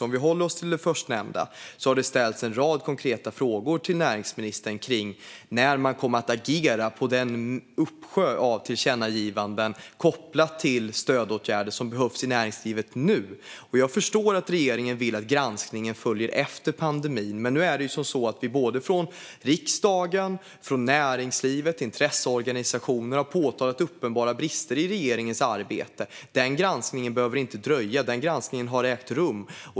Om vi håller oss till det förstnämnda har det ställts en rad konkreta frågor till näringsministern om när man kommer att agera på den uppsjö av tillkännagivanden om stödåtgärder som nu behövs i näringslivet. Jag förstår att regeringen vill att granskningen ska följa efter pandemin. Men nu har såväl riksdagen som näringsliv och intresseorganisationer påtalat uppenbara brister i regeringens arbete. Den granskningen behöver inte dröja. Den granskningen har ägt rum.